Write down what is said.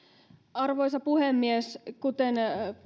arvoisa puhemies kuten